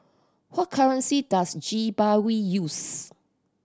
hot currency does Zimbabwe use